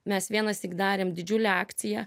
mes vienąsyk darėm didžiulę akciją